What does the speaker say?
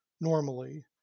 normally